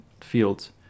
fields